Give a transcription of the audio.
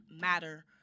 Matter